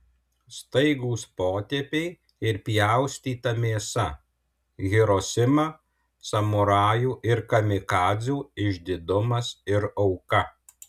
staigūs potėpiai ir pjaustyta mėsa hirosima samurajų ir kamikadzių išdidumas ir auka